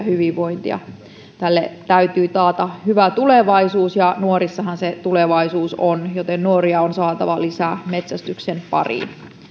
hyvinvointia yleensä tälle täytyy taata hyvä tulevaisuus ja nuorissahan se tulevaisuus on joten nuoria on saatava lisää metsästyksen pariin